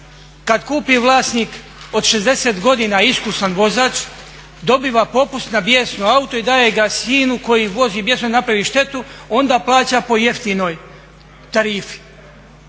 Kada kupi vlasnik od 60 godina, iskusan vozač, dobiva popust na bijesno auto i daje ga sinu koji vozi bijesno i napravi štetu, onda plaća po jeftinoj tarifi.